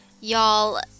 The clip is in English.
Y'all